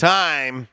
time